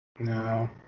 No